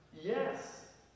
Yes